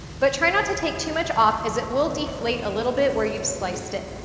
but try not to take too much off as it will deflate a little bit where you've sliced it.